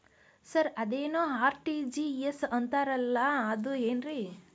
Sir ಅದೇನು RTGS ಅಂತಾರಲಾ ಅದು ಏನ್ರಿ?